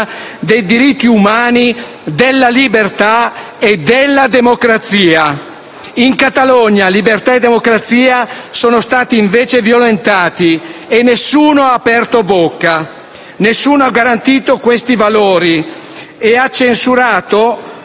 dei diritti umani, della libertà e della democrazia. In Catalogna, libertà e democrazia sono stati invece violentati e nessuno ha aperto bocca. Nessuno ha garantito questi valori, né ha censurato